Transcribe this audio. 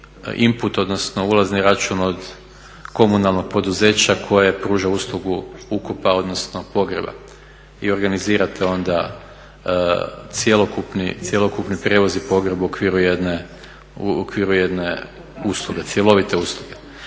odnosno ulazni račun od komunalnog poduzeća koje pruža uslugu ukopa, odnosno pogreba i organizirate onda cjelokupni prijevoz i pogreb u okviru jedne usluge, cjelovite usluge.